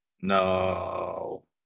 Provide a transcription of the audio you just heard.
No